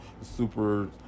super